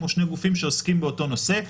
כמו שני גופים שעוסקים באותו נושא,